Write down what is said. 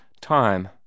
Time